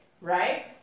right